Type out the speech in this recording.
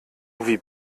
wie